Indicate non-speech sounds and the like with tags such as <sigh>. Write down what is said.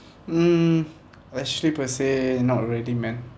mm <breath> actually per se not really man